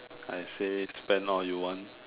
I say spend all you want